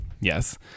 yes